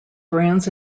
brands